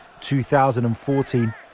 2014